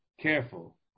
careful